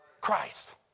Christ